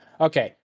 Okay